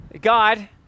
God